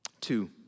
Two